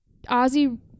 Ozzy